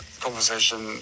conversation